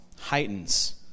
heightens